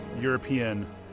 European